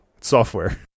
software